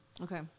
Okay